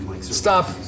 stop